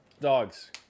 Dogs